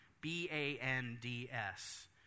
B-A-N-D-S